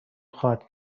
خواهد